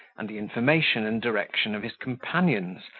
and the information and direction of his companions,